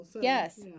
Yes